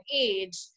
age